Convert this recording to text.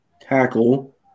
Tackle